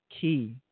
key